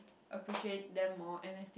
appreciate them more and like